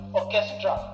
orchestra